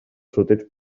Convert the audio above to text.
sorteig